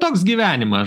toks gyvenimas